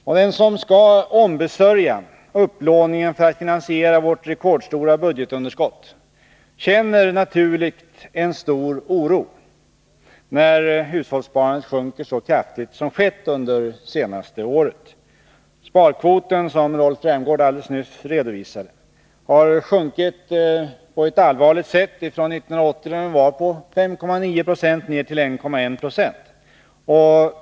Och den som skall ombesörja upplåningen för att finansiera vårt rekordstora budgetunderskott känner naturligtvis en stor oro när hushållssparandet sjunker så kraftigt som har skett under de senaste året. Sparkvoten har, som Rolf Rämgård redovisat, sjunkit på ett allvarligt sätt från 1980, då den var 5,9 Zo, ned till 1,1 26 för 1982.